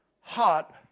hot